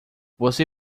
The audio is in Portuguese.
você